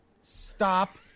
Stop